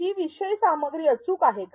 ही विषय सामग्री अचूक आहे का